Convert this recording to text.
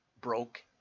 broke